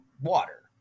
water